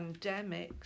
pandemics